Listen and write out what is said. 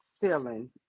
feeling